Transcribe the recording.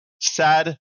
Sad